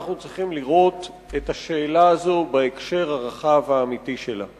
אנחנו צריכים לראות את השאלה הזו בהקשר הרחב והאמיתי שלה.